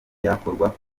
byakorwaga